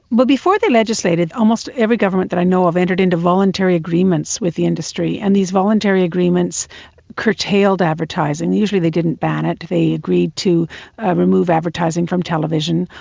well, before they legislated, almost every government that i know of entered into voluntary agreements with the industry and these voluntary agreements curtailed advertising. usually they didn't ban it, but they agreed to remove advertising from television,